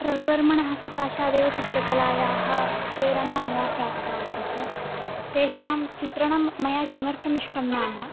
रविवर्मणः सकाशादेव चित्रकलायाः प्रेरणा मया प्राप्ता आसीत् तेषां चित्रणं मया किमर्थम् इष्टं नाम